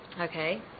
Okay